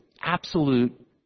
absolute